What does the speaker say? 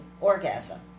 orgasm